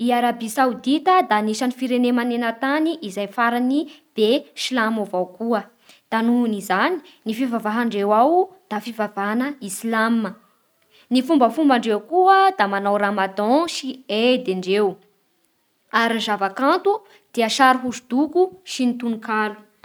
I Arabia Saodita dia anisan'ny firenena maneran-tany izay farany be silamo avao koa, da noho izany ny fivavahandreo da fivavaha islama Ny fombafombandreo koa da manao ramadan sy eid ndreo, ary ny zava-kanto dia sary hosodoko sy tononkalo